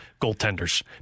Goaltenders